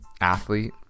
athlete